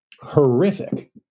horrific